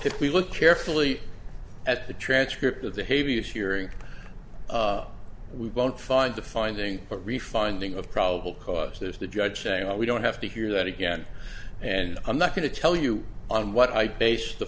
if we look carefully at the transcript of the hay vs hearing we won't find the finding but refunding of probable cause there's the judge saying we don't have to hear that again and i'm not going to tell you on what i base the